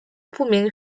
不明